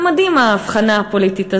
זה מדהים, ההבחנה הפוליטית הזאת,